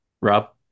Rob